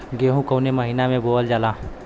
गेहूँ कवने महीना में बोवल जाला?